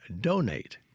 donate